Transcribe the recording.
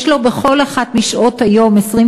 יש לו בכל אחת משעות היום,